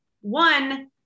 one